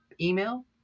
email